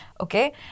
Okay